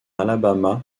alabama